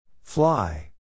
Fly